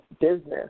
business